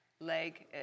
leg